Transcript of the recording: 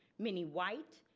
many white,